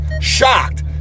shocked